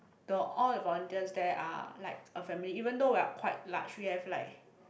the all the volunteers there are like a family even though we are quite large we have like